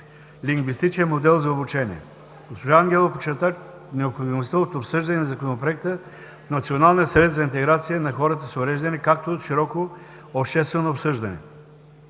лингвистичен модел за обучение. Госпожа Ангелова подчерта необходимостта от обсъждане на Законопроекта в Националния съвет за интеграция на хората с увреждания, както и от широко обществено обсъждане.